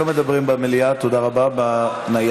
לא מדברים במליאה בנייד.